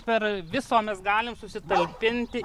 per viso mes galim susitalpinti